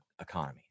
economy